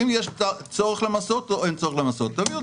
לכן אם אנחנו רוצים אז צריך לעשות את זה בהדרגה,